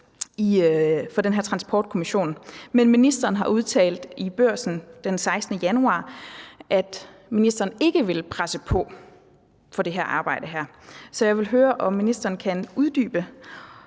for den her Transportkommission. Men ministeren har udtalt i Børsen den 16. januar, at ministeren ikke vil presse på for det her arbejde. Så jeg vil høre, om ministeren kan uddybe,